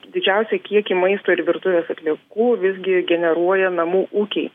didžiausią kiekį maisto ir virtuvės atliekų visgi generuoja namų ūkiai